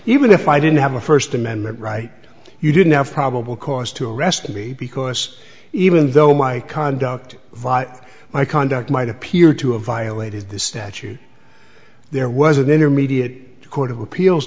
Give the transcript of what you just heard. even if i didn't have a first amendment right you didn't have probable cause to arrest me because even though my conduct via my conduct might appear to have violated the statute there was an intermediate court of appeals